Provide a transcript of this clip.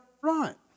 front